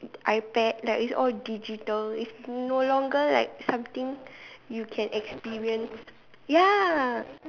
iPad like it's all digital it's no longer like something you can experience ya